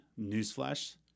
newsflash